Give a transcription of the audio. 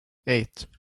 eight